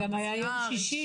זה גם היה ביום שישי.